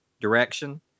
direction